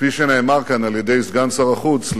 כפי שאמר כאן סגן שר החוץ,